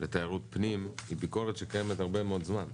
בתיירות פנים היא ביקורת שקיימת הרבה מאוד זמן,